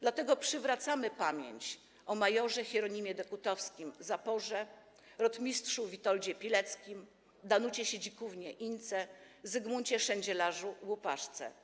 Dlatego przywracamy pamięć o mjr. Hieronimie Dekutowskim „Zaporze”, rotmistrzu Witoldzie Pileckim, Danucie Siedzikównie „Ince”, Zygmuncie Szendzielarzu „Łupaszce”